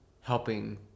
helping